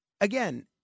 again